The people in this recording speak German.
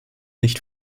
nicht